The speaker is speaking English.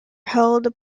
held